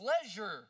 pleasure